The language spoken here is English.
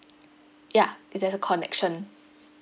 ya it has a connection